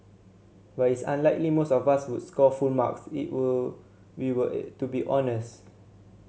but it's unlikely most of us would score full marks if were we were to be honest